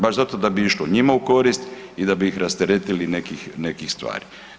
Baš zato da bi išlo njima u korist i da bi ih rasteretili nekih stvari.